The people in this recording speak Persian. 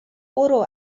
برو